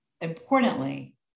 importantly